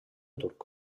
turc